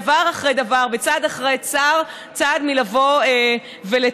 דבר אחרי דבר וצעד אחרי צעד בלבוא ולתקן.